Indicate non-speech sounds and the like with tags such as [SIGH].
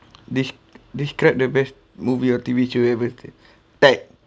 des~ describe the best movie or T_V show ever [NOISE] tag